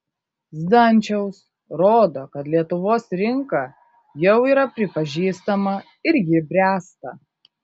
zdančiaus rodo kad lietuvos rinka jau yra pripažįstama ir ji bręsta